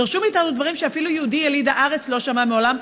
דרשו מאיתנו דברים שאפילו יהודי יליד הארץ לא שמע מעולם,